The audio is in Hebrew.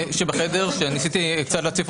שבחדר, שניסיתי קצת להציף